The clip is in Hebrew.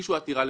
אגיד לך.